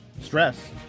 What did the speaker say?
stress